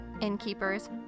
innkeepers